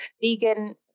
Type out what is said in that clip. vegan